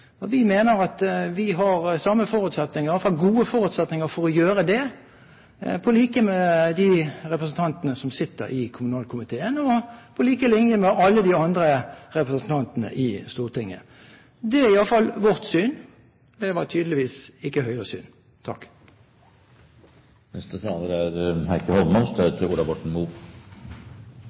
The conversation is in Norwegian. debatten. Vi mener at vi har de samme forutsetninger, i alle fall har gode forutsetninger, for å gjøre det, på lik linje med de representantene som sitter i kommunalkomiteen, og på lik linje med alle de andre representantene i Stortinget. Det er i alle fall vårt syn, det var tydeligvis ikke Høyres syn. La meg først bare si til Arne Sortevik at det er